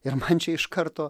ir man čia iš karto